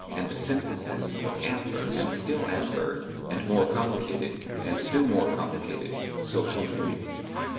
and the synthesis of ampler and still ampler and more complicated and still more complicated social unities.